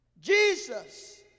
Jesus